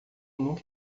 nunca